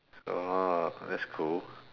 orh that's cool